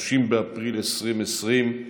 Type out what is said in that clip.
30 באפריל 2020,